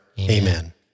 Amen